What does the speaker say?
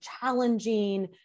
challenging